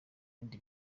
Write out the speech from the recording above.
bindi